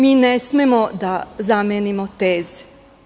Mi ne smemo da zamenimo teze.